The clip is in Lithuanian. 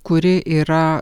kuri yra